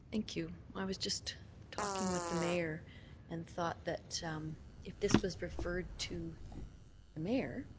thank you. i was just talking with the mayor and thought that um if this was referred to the mayor,